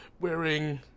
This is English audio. wearing